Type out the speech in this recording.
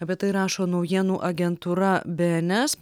apie tai rašo naujienų agentūra bns